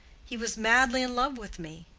he was madly in love with me.